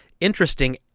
interesting